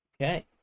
Okay